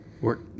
Work